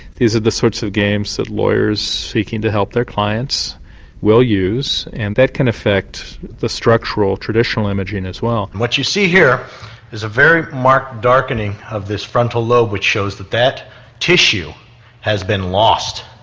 these are the sorts of games that lawyers seeking to help their clients will use, and that can affect the structural, traditional imaging as well. what you see here is a very marked darkening of this frontal lobe which shows that that tissue has been lost.